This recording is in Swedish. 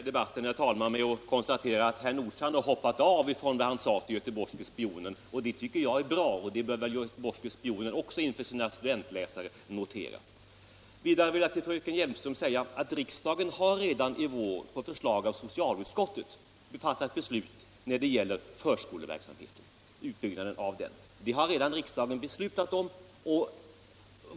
Herr talman! Då slutar jag denna debatt med att säga att herr Nordstrandh har hoppat av från det han sade till Göteborgske Spionen. Det tycker jag är bra, och det bör väl också Göteborgske Spionen inför sina studentläsare notera. Till fröken Hjelmström vill jag säga att riksdagen i år på förslag av socialutskottet fattat ett beslut om utbyggnaden av förskoleverksamheten. Det har alltså riksdagen redan beslutat om.